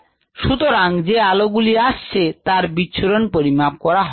যে আলোর বিচ্ছুরণ হলোনা সেগুলি detector এ পাঠানো হয় ও পরিমাপ করা হয়